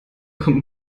kommt